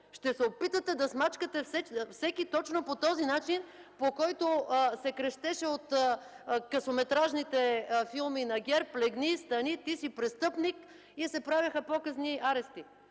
Ще се опитате да смачкате всеки точно по този начин, по който се крещеше от късометражните филми на ГЕРБ – „Легни! Стани! Ти си престъпник!”, и се правеха показни арести.